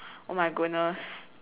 oh my goodness